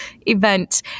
event